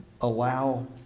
allow